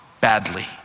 badly